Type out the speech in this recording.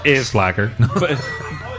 Slacker